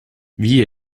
wie